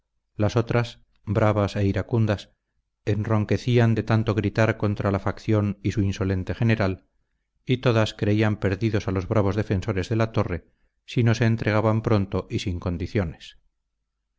las otras bravas e iracundas enronquecían de tanto gritar contra la facción y su insolente general y todas creían perdidos a los bravos defensores de la torre si no se entregaban pronto y sin condiciones